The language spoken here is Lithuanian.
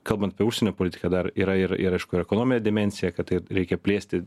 kalbant apie užsienio politiką dar yra ir ir aišku ekonominę dimensiją kad tai reikia plėsti